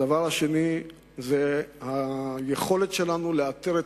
הדבר השני הוא היכולת שלנו לאתר את